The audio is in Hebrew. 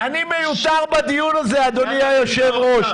אני מיותר בדיון הזה, אדוני היושב-ראש.